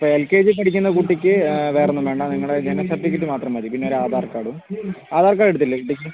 ഇപ്പോൾ L K G പഠിക്കുന്ന കുട്ടിക്ക് വേറൊന്നും വേണ്ട നിങ്ങളുടെ ജനന സർട്ടിഫിക്കറ്റ് മാത്രം മതി പിന്നൊരു ആധാർ കാർഡും അധാർ കാർഡെടുത്തില്ലേ കുട്ടിക്ക്